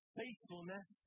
faithfulness